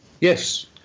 Yes